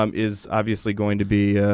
um is obviously going to be.